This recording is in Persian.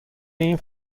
این